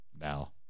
now